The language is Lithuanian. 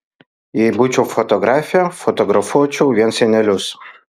jei būčiau fotografė fotografuočiau vien senelius